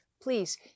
Please